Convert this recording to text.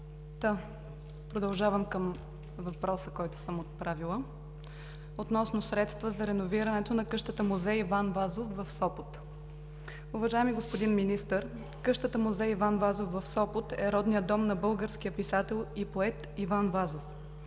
Продължавам с въпроса, който съм отправила, относно средства за реновирането на къщата музей „Иван Вазов“ в Сопот. Уважаеми господин Министър, къщата музей „Иван Вазов“ в Сопот е родният дом на българския писател и поет Иван Вазов.